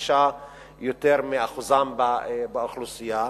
פי-חמישה יותר משיעורם באוכלוסייה.